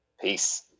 Peace